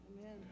Amen